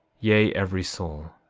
yea every soul,